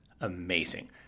amazing